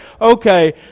okay